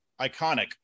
Iconic